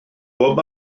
bob